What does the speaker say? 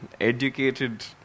educated